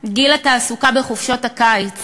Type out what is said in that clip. גיל התעסוקה בחופשות הקיץ